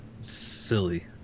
silly